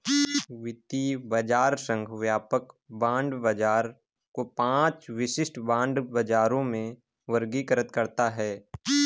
वित्तीय बाजार संघ व्यापक बांड बाजार को पांच विशिष्ट बांड बाजारों में वर्गीकृत करता है